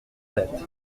sept